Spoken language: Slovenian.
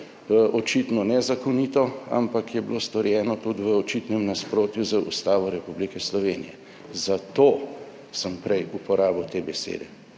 očitno nezakonito, ampak je bilo storjeno tudi v očitnem nasprotju z Ustavo Republike Slovenije. Zato sem prej uporabil te besede.